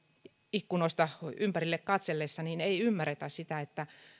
ikkunoista ympärille katsellessa niin ei ymmärretä sitä